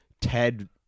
TED